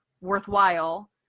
worthwhile